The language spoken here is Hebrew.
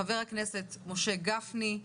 חבר הכנסת משה גפני,